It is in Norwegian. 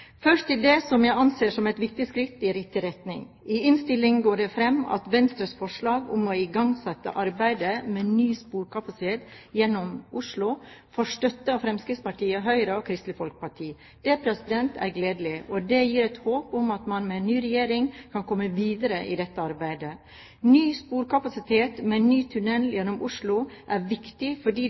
Først til det som jeg anser som et viktig skritt i riktig retning. I innstillingen går det fram at Venstres forslag om å igangsette arbeidet med ny sporkapasitet gjennom Oslo får støtte av Fremskrittspartiet, Høyre og Kristelig Folkeparti. Det er gledelig, og det gir et håp om at man med en ny regjering kan komme videre i dette arbeidet. Ny sporkapasitet ved en ny tunnel gjennom Oslo er viktig, fordi